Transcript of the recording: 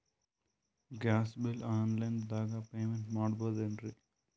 Gas bill online ದಾಗ payment ಮಾಡಬೋದೇನ್ರಿ?